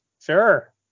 Sure